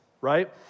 right